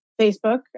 Facebook